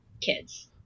kids